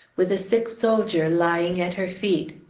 with a sick soldier lying at her feet.